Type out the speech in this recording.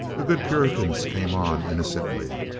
the good puritans came on innocently.